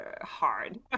hard